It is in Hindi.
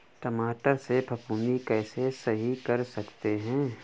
टमाटर से फफूंदी कैसे सही कर सकते हैं?